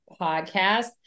podcast